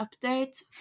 update